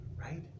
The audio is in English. right